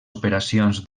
operacions